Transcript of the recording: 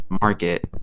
market